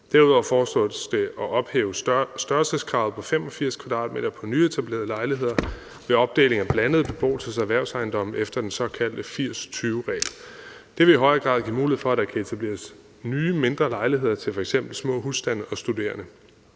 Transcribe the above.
Derudover foreslås det at ophæve størrelseskravet på 85 m² på nyetablerede lejligheder ved opdeling af blandede beboelses- og erhvervsejendomme efter den såkaldte 80/20-regel. Det vil i højere grad give mulighed for, at der kan etableres nye mindre lejligheder til f.eks. små husstande og studerende.